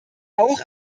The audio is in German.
auch